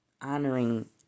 honoring